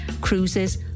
cruises